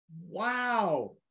Wow